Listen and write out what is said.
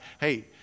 hey